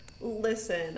Listen